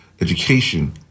education